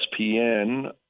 ESPN